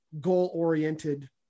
goal-oriented